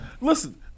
Listen